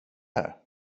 här